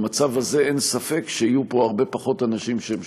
במצב הזה אין ספק שיהיו פה הרבה פחות אנשים שהם